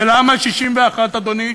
ולמה 61, אדוני?